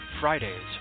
Fridays